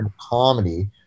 comedy